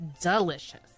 delicious